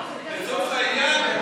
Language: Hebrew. לצורך העניין?